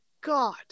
God